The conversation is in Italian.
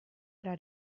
era